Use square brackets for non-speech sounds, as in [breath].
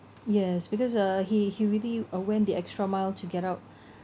yes because uh he he really uh went the extra mile to get out [breath]